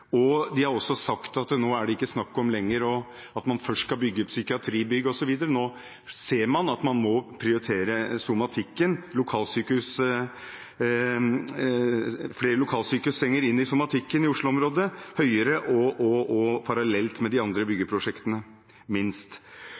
nå ikke lenger snakk om at man først skal bygge et psykiatribygg osv., nå ser man at man må prioritere somatikken – det trengs flere lokalsykehus innen somatikk i Oslo-området – høyere og parallelt med de andre byggeprosjektene, minst.